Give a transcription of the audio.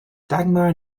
dagmar